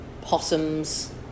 possums